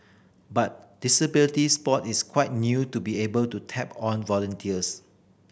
but disability sport is quite new to be able to tap on volunteers